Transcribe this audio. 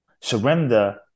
Surrender